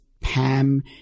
Pam